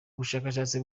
ubushakashatsi